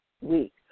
week